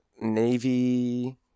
Navy